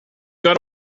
got